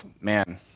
man